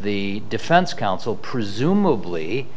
the defense counsel presumably